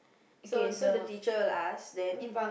okay so the teacher ask them